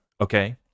Okay